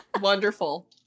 Wonderful